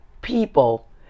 people